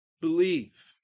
believe